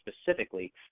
specifically